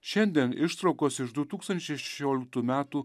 šiandien ištraukos iš du tūkstančiai šešioliktų metų